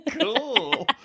Cool